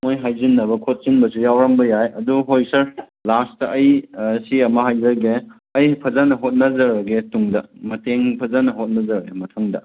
ꯃꯣꯏ ꯍꯥꯏꯖꯤꯟꯅꯕ ꯈꯣꯠꯆꯤꯟꯕꯁꯨ ꯌꯥꯎꯔꯝꯕ ꯌꯥꯏ ꯑꯗꯨ ꯍꯣꯏ ꯁꯥꯔ ꯂꯥꯁꯇ ꯑꯩ ꯁꯤ ꯑꯃ ꯍꯥꯏꯖꯒꯦ ꯑꯩ ꯐꯖꯅ ꯍꯣꯠꯅꯖꯔꯒꯦ ꯇꯨꯡꯗ ꯃꯇꯦꯡ ꯐꯖꯅ ꯍꯣꯠꯅꯖꯔꯒꯦ ꯃꯊꯪꯗ